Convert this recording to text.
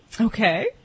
Okay